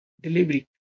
delivery